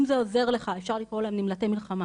אם זה עוזר לך אפשר לקרוא להם נמלטי מלחמה.